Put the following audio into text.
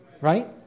right